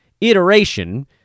iteration